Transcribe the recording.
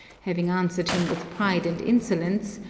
having answered him with pride and insolence,